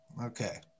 Okay